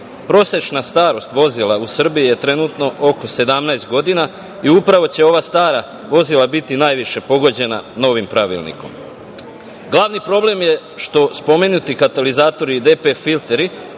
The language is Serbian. starost vozila u Srbiji je trenutno oko 17 godina i upravo će ova stara vozila biti najviše pogođena novim Pravilnikom. Glavni problem je što spomenuti katalizatori i DPF filteri